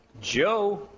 Joe